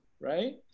right